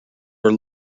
were